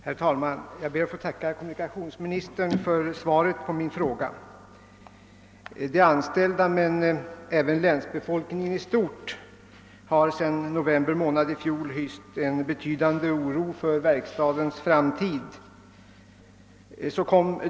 Herr talman! Jag ber att få tacka kommunikationsministern för svaret på min fråga. De anställda men även länsbefölkningen i stort har sedan november månad i fjol hyst en betydande oro för Östersundsverkstadens framtid.